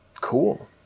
Cool